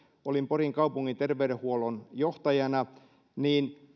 olin porin kaupungin terveydenhuollon johtajana niin